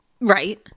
Right